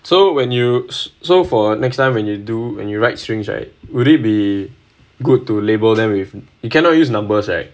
so when you so for next time when you do and you write strings right would it be good to label them when you cannot use numbers right